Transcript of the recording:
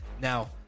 Now